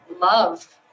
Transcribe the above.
love